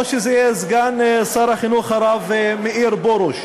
או שזה יהיה סגן שר החינוך, הרב מאיר פרוש.